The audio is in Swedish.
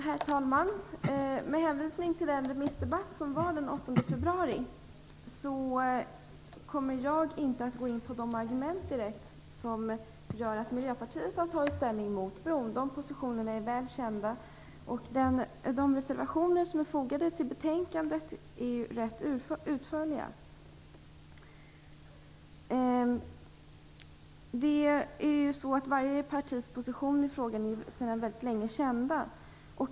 Herr talman! Med hänvisning till den remissdebatt som fördes den 8 februari kommer jag inte att direkt gå in på de argument som gjort att Miljöpartiet har tagit ställning mot bron. De positionerna är väl kända, och de reservationer som är fogade till betänkandet är rätt utförliga. Varje partis position i frågan är sedan mycket länge känd.